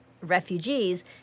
refugees